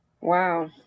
Wow